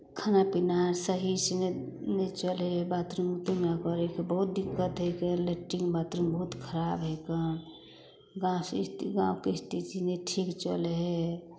खाना पीना सहीसँ नहि ने चलै हइ बाथरूम वाथरूम करयके बहुत दिक्कत हइ लैट्रीन बाथरूम बहुत खराब हइ कन गाँवके इस्तीसी गाँवके स्थिति नहि ठीक चलै हइ